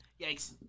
Yikes